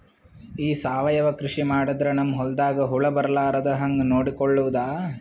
ಈ ಸಾವಯವ ಕೃಷಿ ಮಾಡದ್ರ ನಮ್ ಹೊಲ್ದಾಗ ಹುಳ ಬರಲಾರದ ಹಂಗ್ ನೋಡಿಕೊಳ್ಳುವುದ?